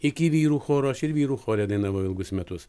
iki vyrų choro aš ir vyrų chore dainavau ilgus metus